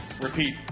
Repeat